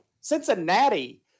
Cincinnati